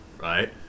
Right